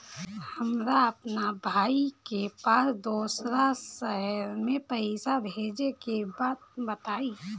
हमरा अपना भाई के पास दोसरा शहर में पइसा भेजे के बा बताई?